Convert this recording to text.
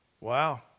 Wow